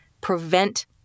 prevent